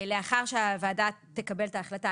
לאחר שהוועדה תקבל את ההחלטה,